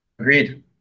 agreed